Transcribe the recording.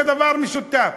זה דבר משותף.